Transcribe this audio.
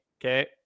Okay